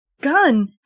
gun